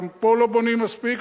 גם פה לא בונים מספיק,